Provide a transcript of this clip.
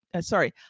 sorry